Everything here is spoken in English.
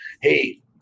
hey